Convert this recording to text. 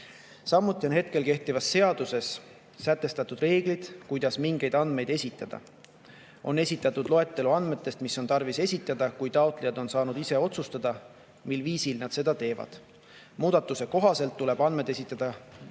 on kehtivas seaduses sätestatud reeglid, kuidas mingeid andmeid esitada. On esitatud loetelu andmetest, mis on tarvis esitada, kuid taotlejad on saanud ise otsustada, mil viisil nad seda teevad. Muudatuse kohaselt tuleb andmed esitada